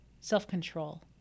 Self-control